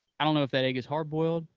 i don't know if that egg is hard-boiled,